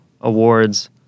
awards